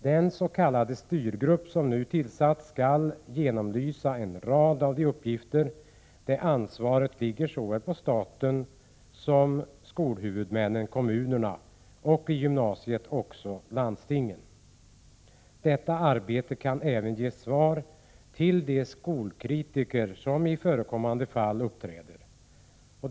Den s.k. styrgrupp som nu tillsatts skall genomlysa en rad av de uppgifter där ansvaret ligger såväl på staten som på skolhuvudmännen kommunerna och i gymnasiet också på landstingen. Detta arbete kan även ge svar till de skolkritiker som i förekommande fall uppträder.